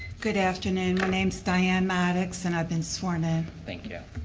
good afternoon. my name diane madix and i've been sworn to. thank you.